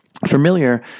familiar